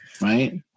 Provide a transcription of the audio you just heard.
right